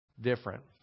different